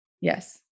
Yes